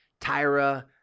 Tyra